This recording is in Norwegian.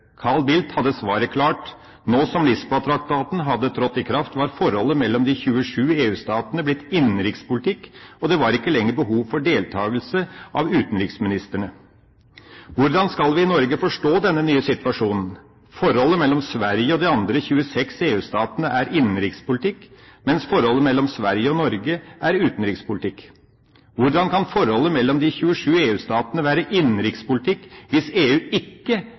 hadde svaret klart: Nå som Lisboa-traktaten hadde trådt i kraft, var forholdet mellom de 27 EU-statene blitt innenrikspolitikk, og det var ikke lenger behov for deltakelse av utenriksministrene. Hvordan skal vi i Norge forstå denne nye situasjonen? Forholdet mellom Sverige og de andre 26 EU-statene er innenrikspolitikk, mens forholdet mellom Sverige og Norge er utenrikspolitikk. Hvordan kan forholdet mellom de 27 EU-statene være innenrikspolitikk, hvis EU ikke